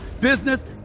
business